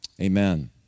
Amen